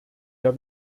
der